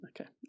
Okay